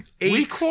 Eight